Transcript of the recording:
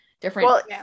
Different